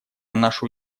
нашу